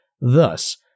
Thus